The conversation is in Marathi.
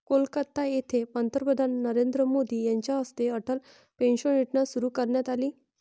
कोलकाता येथे पंतप्रधान नरेंद्र मोदी यांच्या हस्ते अटल पेन्शन योजना सुरू करण्यात आली